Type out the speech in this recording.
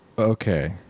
okay